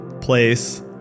place